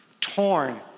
torn